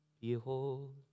Behold